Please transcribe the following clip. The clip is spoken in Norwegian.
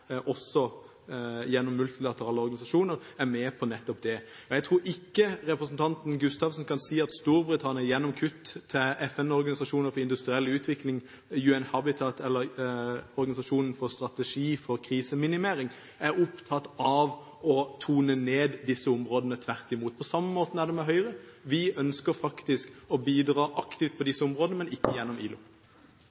med på nettopp det. Jeg tror ikke representanten Gustavsen kan si at Storbritannia gjennom kutt til FNs organisasjon for industriell utvikling, UN-HABITAT eller organisasjonen for strategi for kriseminimering er opptatt av å tone ned disse områdene, tvert imot. På samme måte er det med Høyre. Vi ønsker faktisk å bidra aktivt på